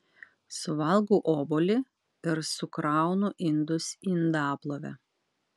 suvalgau obuolį ir sukraunu indus į indaplovę